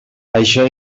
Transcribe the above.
això